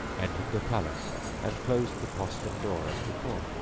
entered the palace and closed the postern door as before.